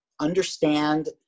understand